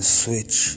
switch